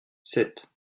sept